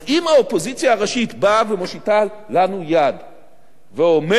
אז אם האופוזיציה הראשית באה ומושיטה לנו יד ואומרת: